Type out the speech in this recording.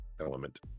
element